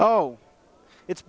oh it's